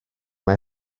mae